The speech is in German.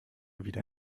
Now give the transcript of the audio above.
wieder